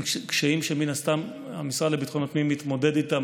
הם קשיים שמן הסתם המשרד לביטחון הפנים מתמודד איתם.